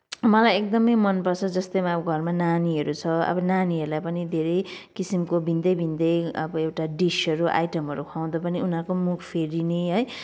मलाई एकदमै मन पर्छ जस्तै अब घरमा नानीहरू छ अब नानीहरूलाई पनि धेरै किसिमको भिन्दै भिन्दै अब एउटा डिसहरू आइटमहरू खुवाउँदा पनि उनीहरूको पनि मुख फेरिने है